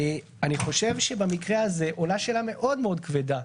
אני חושב שבמקרה הזה עולה שאלה מאוד-מאוד כבדה,